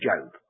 Job